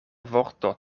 vorto